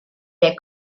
der